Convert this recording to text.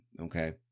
Okay